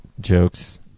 jokes